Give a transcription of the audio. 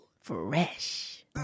Fresh